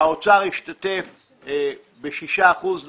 האוצר השתתף בשישה אחוזים נוספים,